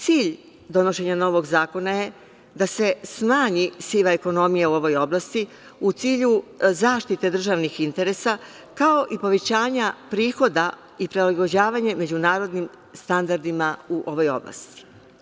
Cilj donošenja novog zakona je da se smanji siva ekonomija u ovoj oblasti u cilju zaštite državnih interesa, kao i povećanja prihoda i prilagođavanje međunarodnim standardima u ovoj oblasti.